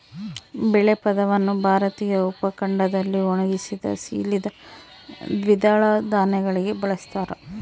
ಬೇಳೆ ಪದವನ್ನು ಭಾರತೀಯ ಉಪಖಂಡದಲ್ಲಿ ಒಣಗಿಸಿದ, ಸೀಳಿದ ದ್ವಿದಳ ಧಾನ್ಯಗಳಿಗೆ ಬಳಸ್ತಾರ